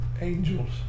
Angels